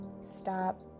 stop